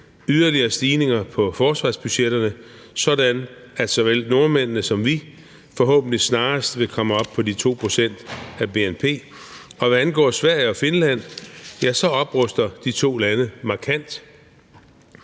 yderligere stigninger på forsvarsbudgetterne, sådan at såvel nordmændene som vi forhåbentlig snarest vil komme op på de 2 pct. af bnp. Og hvad angår Sverige og Finland, så opruster de to lande markant.